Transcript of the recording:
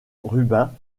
rubin